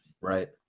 right